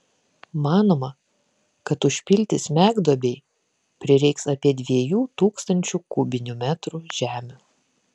manoma kad užpilti smegduobei prireiks apie dviejų tūkstančių kubinių metrų žemių